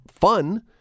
fun